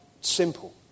Simple